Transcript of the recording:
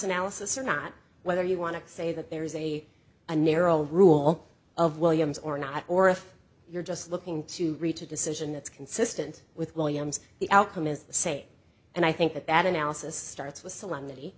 analysis or not whether you want to say that there is a a narrow rule of williams or not or if you're just looking to reach a decision that's consistent with williams the outcome is say and i think that that analysis starts with solemnity